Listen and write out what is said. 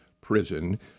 prison